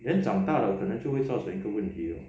人长大了可能就会造成一个问题咯